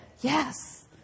yes